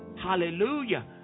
Hallelujah